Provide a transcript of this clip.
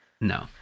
no